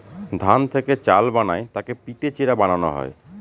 ধান থেকে চাল বানায় তাকে পিটে চিড়া বানানো হয়